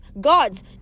gods